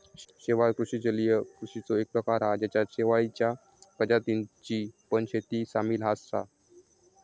शेवाळ कृषि जलीय कृषिचो एक प्रकार हा जेच्यात शेवाळींच्या प्रजातींची पण शेती सामील असा